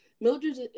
Mildred